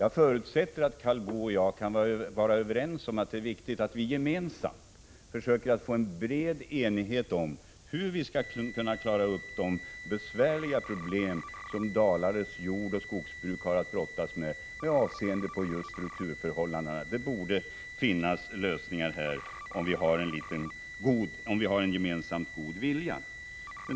Jag förutsätter att Karl Boo och jag kan vara överens om att det är viktigt att vi gemensamt försöker få en bred enighet om hur vi skall klara de besvärliga problem som Dalarnas jordoch skogsbruk har att brottas med med avseende på just strukturförhållandena. Det borde finnas lösningar i fråga om detta om vi alla har en god vilja.